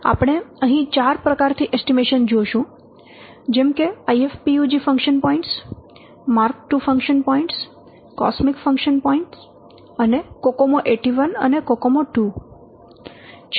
આપણે અહીં 4 પ્રકાર થી એસ્ટીમેશન જોશું જેમ કે IFPUG function points mark II function points cosmic function point અને કોકોમો 81 અને કોકોમો II